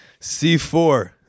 C4